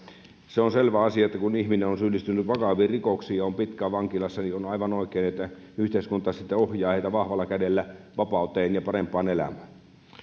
se on selvä asia että kun ihminen on syyllistynyt vakaviin rikoksiin ja on pitkään ollut vankilassa niin on aivan oikein että yhteiskunta sitten ohjaa häntä vahvalla kädellä vapauteen ja parempaan elämään